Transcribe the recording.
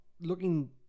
looking